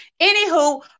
Anywho